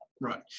Right